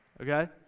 okay